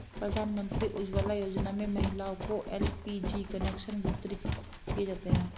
प्रधानमंत्री उज्ज्वला योजना में महिलाओं को एल.पी.जी कनेक्शन वितरित किये जाते है